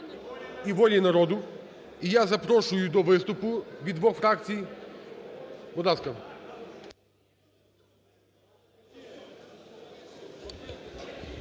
і "Волі народу". І я запрошую до виступу від двох фракцій.